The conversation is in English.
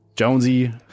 jonesy